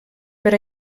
per